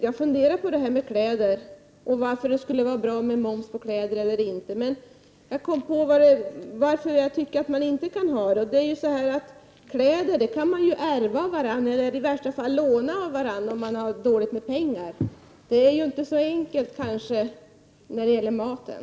Jag funderade på om det skulle vara bra med moms på kläder, men jag tycker inte det. Kläder kan man ärva eller i värsta fall låna om man har dåligt med pengar. Det är inte så enkelt med maten.